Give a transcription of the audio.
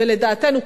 ולדעתנו,